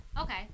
Okay